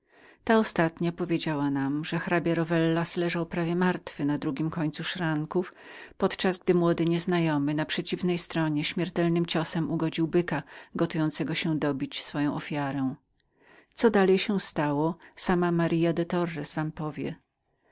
ta ostatnia powiedziała nam że hrabia rowellas leżał prawie martwy na drugim końcu szranków podczas gdy młody nieznajomy na przeciwnej stronie śmiertelnym ciosem ugodził byka gotującego się dobić swoją ofiarę co dalej się stało sama marya de torres wam opowie